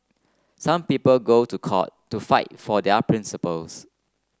some people go to court to fight for their principles